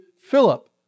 Philip